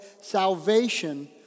Salvation